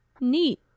Neat